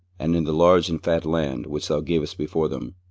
and in the large and fat land which thou gavest before them,